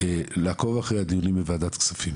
לעקוב אחרי הדיונים בוועדת הכספים,